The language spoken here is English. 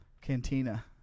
cantina